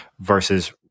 versus